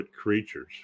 creatures